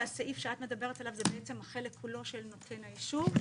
יכול להיות שהסעיף שאת מדברת עליו זה בעצם החלק כולו של נותן האישור?